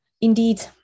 indeed